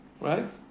right